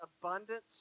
abundance